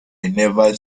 never